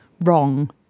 wrong